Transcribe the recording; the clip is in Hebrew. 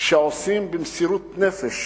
שנאבקים במסירות נפש